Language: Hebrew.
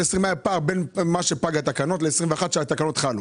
פער בין תוקף התקנות לשנת 221, אז חלו התקנות.